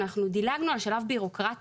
אנחנו דילגנו על שלב בירוקרטי